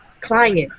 Client